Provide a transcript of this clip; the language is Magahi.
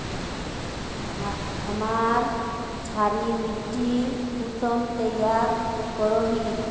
हमार क्षारी मिट्टी कुंसम तैयार करोही?